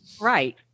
Right